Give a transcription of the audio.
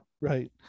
Right